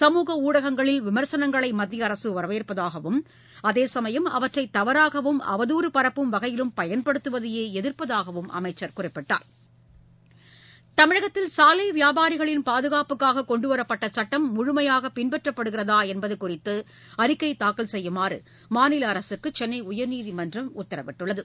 சமுக ணடகங்களில் விமர்சனங்களை மத்திய அரசு வரவேற்பதாகவும் அதே சமயம் அவற்றை தவறாகவும் அவதூறு பரப்பும் வகையிலும் பயன்படுத்துவதையே எதிர்ப்பதாகவும் அமைச்சர் குறிப்பிட்டார் தமிழகத்தில் வியாபாரிகளின் பாதுகாப்புக்காக கொண்டுவரப்பட்ட சட்டம் முழுமையாக பின்பற்றப்படுகிறதா என்பது குறித்து அறிக்கை தாக்கல் செய்யுமாறு மாநில அரசுக்கு சென்னை உயர்நீதிமன்றம் உத்தரவிட்டுள்ளது